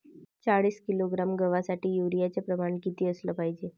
चाळीस किलोग्रॅम गवासाठी यूरिया च प्रमान किती असलं पायजे?